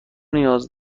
نیاز